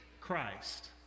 Christ